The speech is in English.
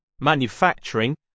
manufacturing